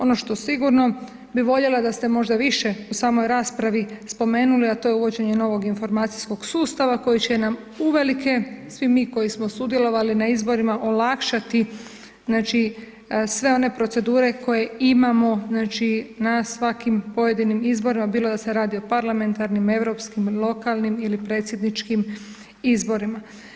Ono što sigurno bi voljela da ste možda više u samoj raspravi spomenuli, a to je uvođenje novog informacijskog sustava koji će nam uvelike, svi mi koji smo sudjelovali na izborima, olakšati sve one procedure koje imamo na svakim pojedinim izborima, bilo da se radi o parlamentarnim, europskim, lokalnim ili predsjedničkim izborima.